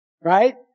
Right